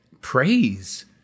praise